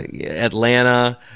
Atlanta